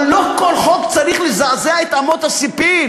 אבל לא כל חוק צריך לזעזע את אמות הספים.